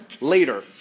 later